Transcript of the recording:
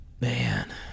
Man